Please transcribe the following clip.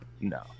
no